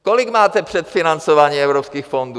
Kolik máte předfinancování evropských fondů?